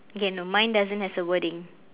okay no mine doesn't has a wording